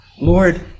Lord